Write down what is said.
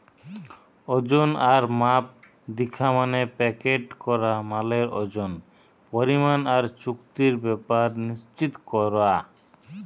ওজন আর মাপ দিখা মানে প্যাকেট করা মালের ওজন, পরিমাণ আর চুক্তির ব্যাপার নিশ্চিত কোরা